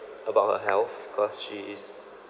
about her health cause she is